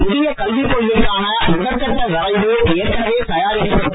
புதிய கல்வி கொள்கைக்கான முதல்கட்ட வரைவு ஏற்கனவே தயாரிக்கப்பட்டு